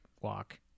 walk